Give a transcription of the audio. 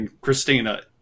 Christina